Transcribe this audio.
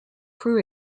crew